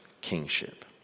kingship